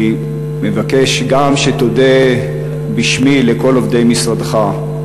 אני גם מבקש שתודה בשמי לכל עובדי משרדך.